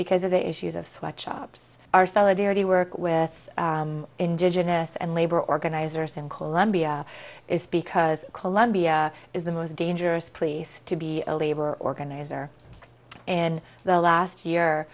because of the issues of sweatshops our solidarity work with indigenous and labor organizers in colombia is because colombia is the most dangerous place to be a labor organizer in the last